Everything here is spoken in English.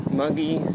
muggy